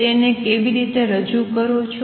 તેને રજૂ કરો છો